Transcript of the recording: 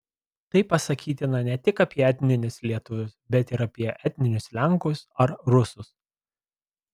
tai pasakytina ne tik apie etninius lietuvius bet ir apie etninius lenkus ar rusus